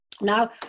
Now